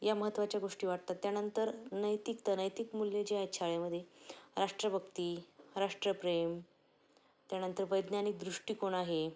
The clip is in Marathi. या महत्त्वाच्या गोष्टी वाटतात त्यानंतर नैतिकता नैतिक मूल्यं जे आहेत शाळेमध्ये राष्ट्रभक्ती राष्ट्रप्रेम त्यानंतर वैज्ञानिक दृष्टीकोण आहे